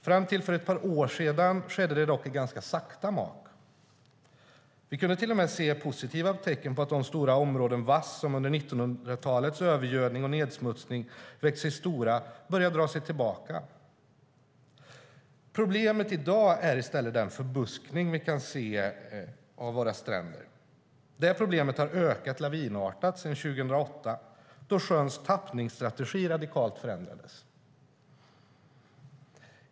Fram till för några år sedan skedde det dock i ganska sakta mak, och vi kunde till och med se positiva tecken på att de stora områden av vass som på grund av 1900-talets övergödning och nedsmutsning vuxit sig stora börjat dra sig tillbaka. Problemen i dag är i stället den förbuskning av våra stränder som vi kan se. Det problemet har ökat lavinartat sedan 2008 då sjöns tappningsstrategi radikalt förändrades.